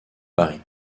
paris